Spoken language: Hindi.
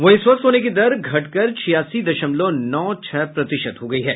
वहीं स्वस्थ होने की दर घट कर छियासी दशमलव नौ छह प्रतिशत हो गई है